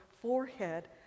forehead